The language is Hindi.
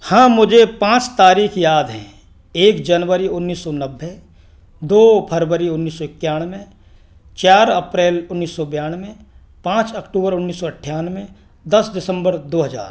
हाँ मुझे पाँच तारीख याद हैं एक जनवरी उन्नीस सौ नब्बे दो फ़रवरी उन्नीस सौ इक्यानवे चार अप्रैल उन्नीस सौ बानवे पाँच अक्टूबर उन्नीस सौ अट्ठानवे दस दिसम्बर दो हज़ार